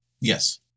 Yes